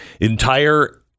entire